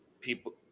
people